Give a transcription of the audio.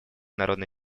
народно